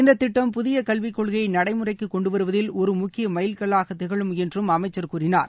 இந்தத் திட்டம் புதிய கல்விக் கொள்கையை நடைமுறைக்கு கொண்டு வருவதில் ஒரு முக்கிய மைல் கல்லாக திகழும் என்றும் அமைச்சர் கூறினார்